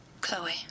Chloe